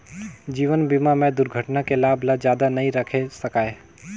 जीवन बीमा में दुरघटना के लाभ ल जादा नई राखे सकाये